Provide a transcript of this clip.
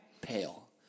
Pale